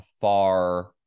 far